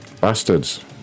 bastards